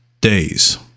days